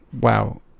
wow